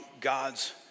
God's